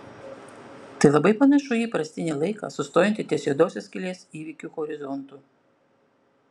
tai labai panašu į įprastinį laiką sustojantį ties juodosios skylės įvykių horizontu